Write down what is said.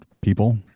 people